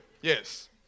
Yes